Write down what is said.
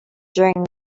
drink